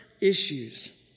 issues